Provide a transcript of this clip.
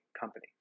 company